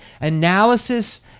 analysis